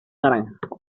naranja